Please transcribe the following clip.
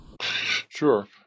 Sure